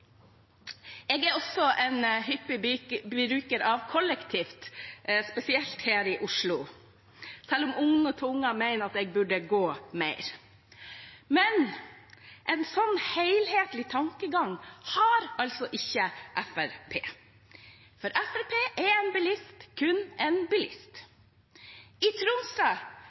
Jeg er også en hyppig bruker av kollektivtrafikk, spesielt her i Oslo, selv om onde tunger mener at jeg burde gå mer. Men en sånn helhetlig tankegang har altså ikke Fremskrittspartiet, for Fremskrittspartiet er en bilist kun en bilist. I